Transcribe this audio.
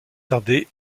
tarder